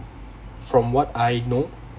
from what I know